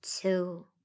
two